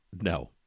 No